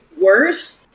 Worse